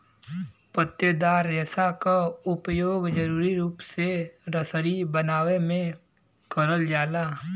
पत्तेदार रेसा क उपयोग जरुरी रूप से रसरी बनावे में करल जाला